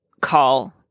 call